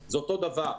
זה אותו הדבר.